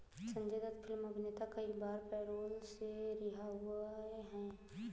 Sanjay Dutt film अभिनेता कई बार पैरोल से रिहा हुए हैं